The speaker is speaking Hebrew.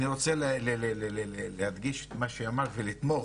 אני רוצה להדגיש את מה שאמרת ולתמוך,